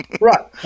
right